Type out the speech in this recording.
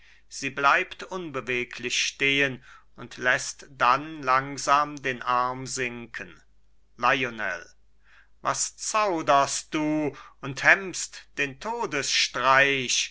sie bleibt unbeweglich stehen und läßt dann langsam den arm sinken lionel was zauderst du und hemmst den todesstreich